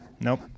Nope